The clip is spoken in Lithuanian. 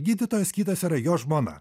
gydytojas kitas yra jo žmona